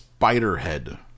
Spiderhead